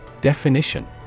Definition